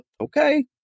okay